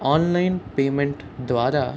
online payment ద్వారా